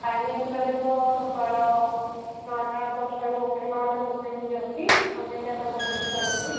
timing ରହିବ ସକାଳ ନଅଟା ଦଶଟାରୁ ନଅଟାରୁ ଓପନ୍ ହେଇଯାଉଛି ସନ୍ଧ୍ୟା ଚାରିଟା ପର୍ଯ୍ୟନ୍ତ ଚାଲୁଛି